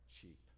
cheap